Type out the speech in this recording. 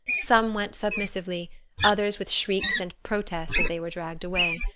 some went submissively others with shrieks and protests as they were dragged away.